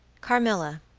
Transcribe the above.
carmilla,